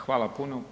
Hvala puno.